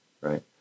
right